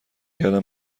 کردن